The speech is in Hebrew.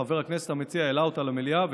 אך חבר הכנסת המציע העלה אותה למליאה.